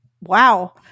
Wow